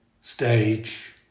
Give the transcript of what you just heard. stage